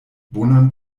bonan